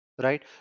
right